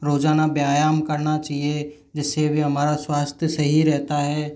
रोजाना व्यायाम करना चाहिए जिसे भी हमारा स्वास्थ्य सही रहता है